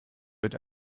wird